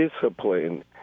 discipline